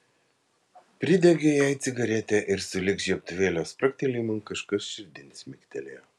pridegė jai cigaretę ir sulig žiebtuvėlio spragtelėjimu kažkas širdin smigtelėjo